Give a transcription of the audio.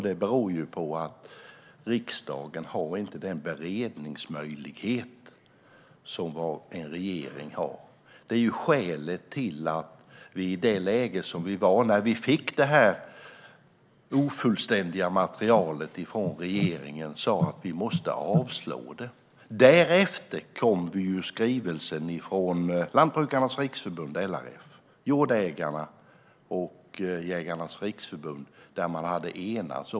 Det beror på att riksdagen inte har den beredningsmöjlighet som en regering har. Det är skälet till att vi i det läge som vi var i när vi fick det ofullständiga materialet från regeringen sa: Vi måste avslå det. Därefter kom skrivelsen från Lantbrukarnas Riksförbund - LRF -, Jordägareförbundet och Jägarnas Riksförbund, där man hade enats.